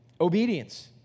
Obedience